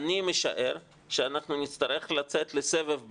אני משער שאנחנו נצטרך לצאת לסבב ב'